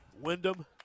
Wyndham